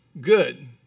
good